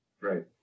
Right